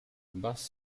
bus